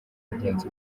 bagenzi